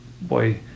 Boy